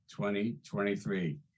2023